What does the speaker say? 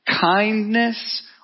kindness